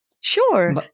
sure